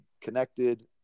connected